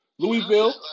Louisville